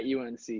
UNC